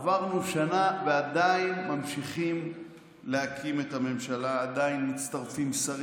עברנו שנה ועדיין ממשיכים להקים את הממשלה,